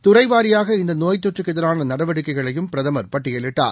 துறைவாரியாக இந்தநோயதொற்றுக்குஎதிரானநடவடிக்கைகளையும் பிரதமர் பட்டியலிட்டார்